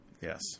yes